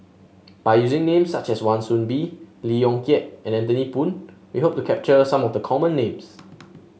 by using names such as Wan Soon Bee Lee Yong Kiat and Anthony Poon we hope to capture some of the common names